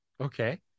Okay